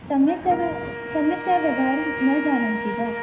सम्यक्तया व्यवहारं न जानन्ति वा